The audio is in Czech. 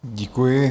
Děkuji.